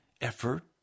effort